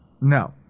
No